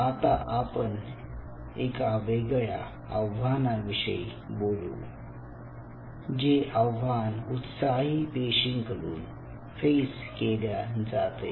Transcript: आता आपण एका वेगळ्या आव्हाना विषयी बोलू जे आव्हान उत्साही पेशींकडून फेस केल्या जाते